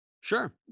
Sure